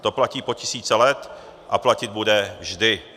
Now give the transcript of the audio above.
To platí po tisíce let a platit bude vždy.